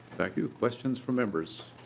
thank you. questions from members?